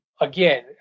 again